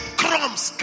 crumbs